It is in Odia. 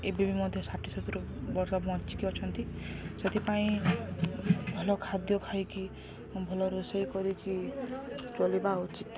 ଏବେ ବି ମଧ୍ୟ ଷାଠିଏ ସତୁରି ବର୍ଷ ବଞ୍ଚିକି ଅଛନ୍ତି ସେଥିପାଇଁ ଭଲ ଖାଦ୍ୟ ଖାଇକି ଭଲ ରୋଷେଇ କରିକି ଚଲିବା ଉଚିତ୍